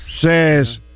says